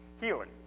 Healing